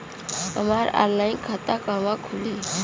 हमार ऑनलाइन खाता कहवा खुली?